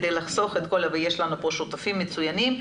ויש לנו פה שותפים מצוינים,